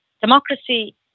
democracy